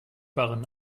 waren